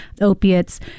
opiates